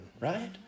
right